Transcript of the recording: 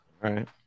Right